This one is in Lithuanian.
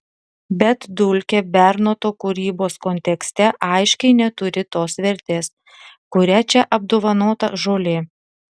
bet dulkė bernoto kūrybos kontekste aiškiai neturi tos vertės kuria čia apdovanota žolė